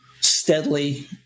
steadily